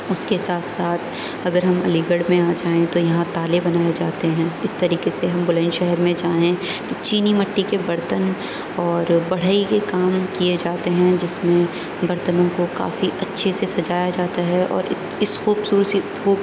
اس کے ساتھ ساتھ اگر ہم علی گڑھ میں آ جائیں تو یہاں تالے بنائے جاتے ہیں اس طریقے سے ہم بلند شہر میں جائیں چینی مٹی کے برتن اور بڑھئی کے کام کیے جاتے ہیں جس میں برتنوں کو کافی اچھے سے سجایا جاتا ہے اور اس خوب